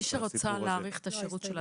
מי שרוצה להאריך את השירות,